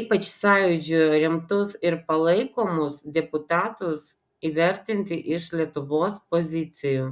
ypač sąjūdžio remtus ir palaikomus deputatus įvertinti iš lietuvos pozicijų